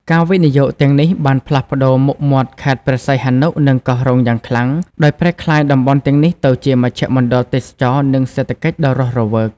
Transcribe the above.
ការវិនិយោគទាំងនេះបានផ្លាស់ប្ដូរមុខមាត់ខេត្តព្រះសីហនុ និងកោះរ៉ុងយ៉ាងខ្លាំង ដោយប្រែក្លាយតំបន់ទាំងនេះទៅជាមជ្ឈមណ្ឌលទេសចរណ៍ និងសេដ្ឋកិច្ចដ៏រស់រវើក។